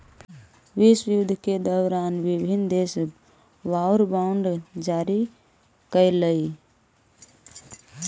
विश्वयुद्ध के दौरान विभिन्न देश वॉर बॉन्ड जारी कैलइ